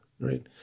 right